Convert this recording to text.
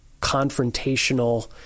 confrontational